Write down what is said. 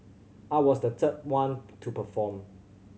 I was the third one to perform